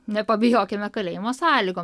nepabijokime kalėjimo sąlygom